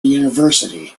university